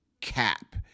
cap